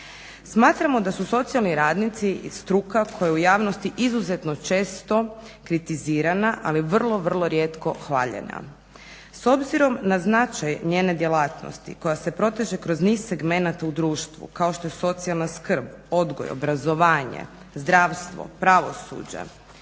Smatramo da su socijalni radnici i struka koja je u javnosti izuzetno često kritizirana ali vrlo, vrlo rijetko hvaljena. S obzirom na značaj njene djelatnosti koja se proteže kroz niz segmenata u društvu kao što je socijalna skrb, odgoj, obrazovanje, zdravstvo, pravosuđe,